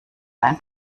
ein